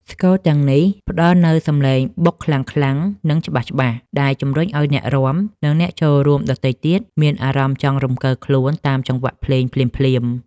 ស្គរទាំងនេះផ្តល់នូវសម្លេងបុកខ្លាំងៗ និងច្បាស់ៗ ដែលជំរុញឱ្យអ្នករាំ និងអ្នកចូលរួមដទៃទៀតមានអារម្មណ៍ចង់រំកិលខ្លួនតាមចង្វាក់ភ្លេងភ្លាមៗ។